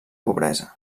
pobresa